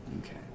Okay